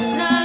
no